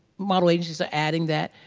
model agencies are adding that.